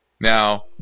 Now